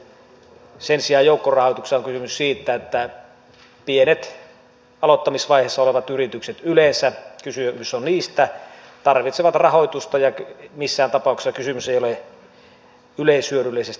sen sijaan joukkorahoituksessa on kysymys siitä että pienet aloittamisvaiheessa olevat yritykset yleensä kysymys on niistä tarvitsevat rahoitusta ja missään tapauksessa kysymys ei ole yleishyödyllisestä toiminnasta